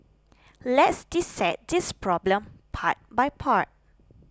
let's dissect this problem part by part